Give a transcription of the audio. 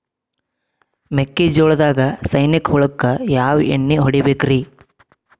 ಮೆಕ್ಕಿಜೋಳದಾಗ ಸೈನಿಕ ಹುಳಕ್ಕ ಯಾವ ಎಣ್ಣಿ ಹೊಡಿಬೇಕ್ರೇ?